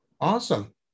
Awesome